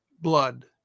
blood